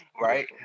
Right